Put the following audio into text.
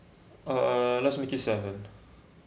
uh let's make it seven